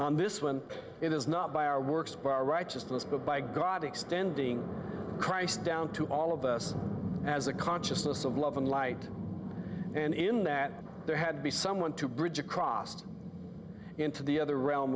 on this when it is not by our works by our righteousness but by god extending christ down to all of us as a consciousness of love and light and in that there had be someone to bridge a crossed into the other